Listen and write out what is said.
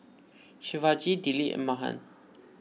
Shivaji Dilip and Mahan